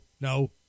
no